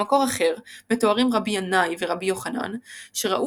במקור אחר מתוארים רבי ינאי ורבי יוחנן שראו